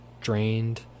drained